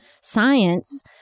science